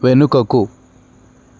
వెనుకకు